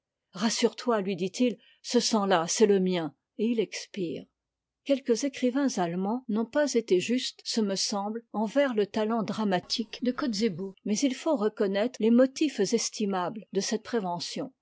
rassure-toi lui dit it ce sang là c'est le mien et il expire quelques écrivains allemands n'ont pas été justes ce me semble envers le talent dramatique de kotzebue mais il faut reconnaître les motifs estimables de cette prévention